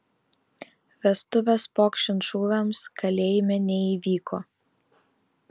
vestuvės pokšint šūviams kalėjime neįvyko